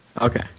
Okay